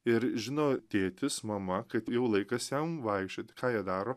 ir žino tėtis mama kad jau laikas jam vaikščiot ką jie daro